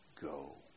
go